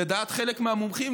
ולדעת חלק מהמומחים,